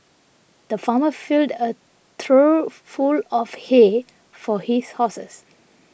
the farmer filled a trough full of hay for his horses